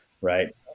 Right